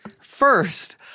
First